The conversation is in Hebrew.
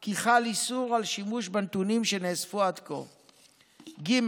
כי חל איסור להשתמש בנתונים שנאספו עד כה, ג.